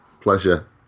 Pleasure